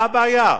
מה הבעיה?